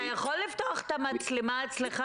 יחד עם פרופ' רוני גמזו,